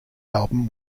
album